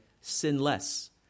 sinless